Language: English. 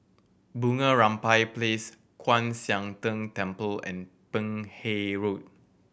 Bunga Rampai Place Kwan Siang Tng Temple and Peck Hay Road